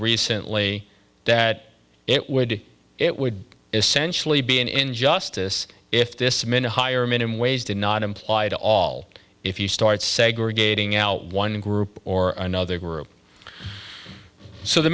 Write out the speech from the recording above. recently that it would it would essentially be an injustice if this minute higher minimum wage did not imply at all if you start segregating out one group or another group so the